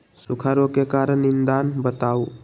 सूखा रोग के कारण और निदान बताऊ?